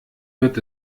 wird